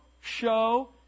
show